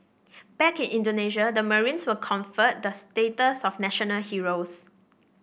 back in Indonesia the marines were conferred the status of national heroes